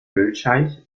ölscheich